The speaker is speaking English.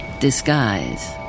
disguise